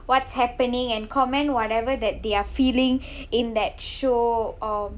what's happening and comment whatever that they are feeling in that show um